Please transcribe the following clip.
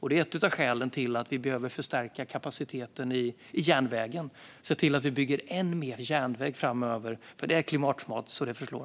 Det är ett av skälen till att vi behöver förstärka kapaciteten i järnvägen och se till att bygga ännu mer järnväg framöver, för det är klimatsmart så det förslår.